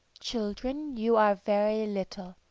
children, you are very little,